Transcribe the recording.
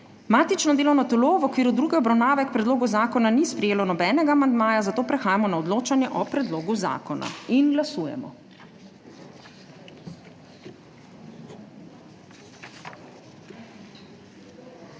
Matično delovno telo v okviru druge obravnave k predlogu zakona ni sprejelo nobenega amandmaja, zato prehajamo na odločanje o predlogu zakona. Glasujemo.